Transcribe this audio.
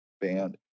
band